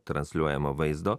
transliuojamo vaizdo